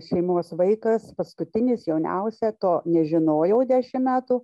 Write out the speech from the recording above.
šeimos vaikas paskutinis jauniausia to nežinojau dešimt metų